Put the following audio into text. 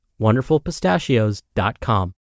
WonderfulPistachios.com